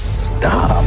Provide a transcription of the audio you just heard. stop